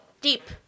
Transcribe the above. deep